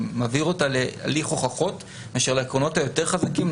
ומעביר אותה להליך הוכחות להליך הוכחות מאשר לעקרונות היותר חזקים,